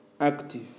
active